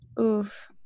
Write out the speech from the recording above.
Oof